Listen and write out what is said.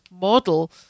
model